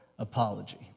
Apology